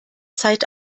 zeit